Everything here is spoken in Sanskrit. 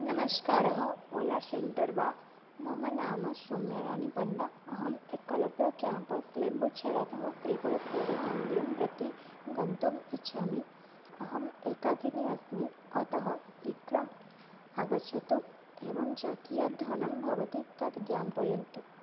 नमस्कारः ओला शेन्टर् मम नाम सौम्याराणिः पण्डा अहम् एकलव्य केम्पस् लिम्बुचेरातः त्रिपुरेश्वरीमन्दिरं प्रति गन्तुम् इच्छामि अहम् एकाकिनी अस्मि अतः शीघ्रम् आगच्छतु एवं च कियत् धनं भवति तत् ज्ञापयन्तु